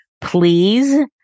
please